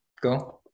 go